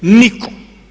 Nitko.